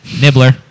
Nibbler